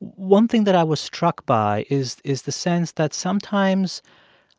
one thing that i was struck by is is the sense that sometimes